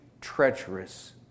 treacherous